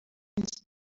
نیست